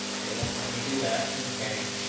it won't let me do that and